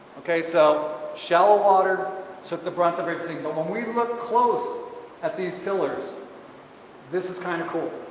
okay so shallow water took the brunt of everything. but when we look close at these pillars this is kind of cool.